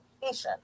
patient